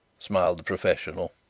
smiled the professional.